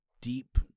deep